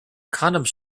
condoms